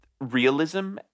realism